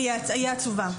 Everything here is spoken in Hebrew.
אני אהיה עצובה.